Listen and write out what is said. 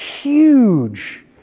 huge